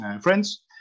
friends